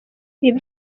ibi